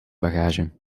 bagage